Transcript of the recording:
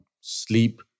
sleep